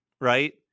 Right